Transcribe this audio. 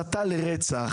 ההסתה לרצח,